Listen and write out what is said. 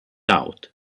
out